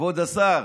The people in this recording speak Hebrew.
כבוד השר,